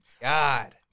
God